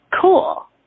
cool